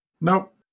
Nope